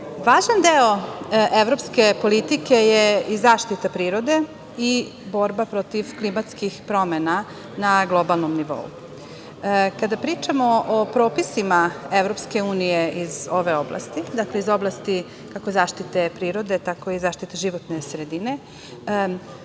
važan deo evropske politike je i zaštita prirode i borba protiv klimatskih promena na globalnom nivou. Kada pričamo o propisima Evropske unije iz ove oblasti, dakle, iz oblasti kako zaštite prirode, tako i zaštite životne sredine,